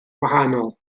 wahanol